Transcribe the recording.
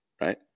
right